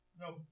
No